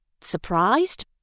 Surprised